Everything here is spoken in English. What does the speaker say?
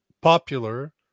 popular